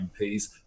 MPs